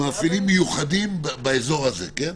מאפיינים מיוחדים באזור הזה, כן?